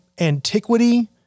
antiquity